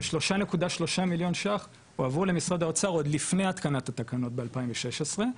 ש- 3.3 מיליון ₪ הועברו למשרד האוצר עוד לפני התקנת התקנות ב- 2016,